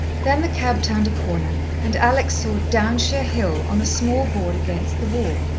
then the cab turned a corner, and alex saw downshire hill on a small board against the wall.